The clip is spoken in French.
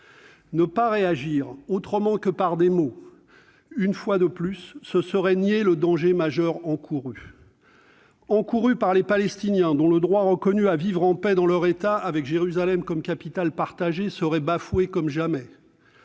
Ne pas réagir, sinon par des mots, une fois de plus, ce serait nier le danger majeur encouru de toutes parts. Danger encouru par les Palestiniens, dont le droit reconnu à vivre en paix dans leur État, avec Jérusalem comme capitale partagée, serait bafoué corne jamais.